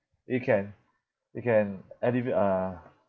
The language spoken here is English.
you can you can and if you uh